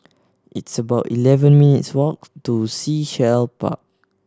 it's about eleven minutes' walk to Sea Shell Park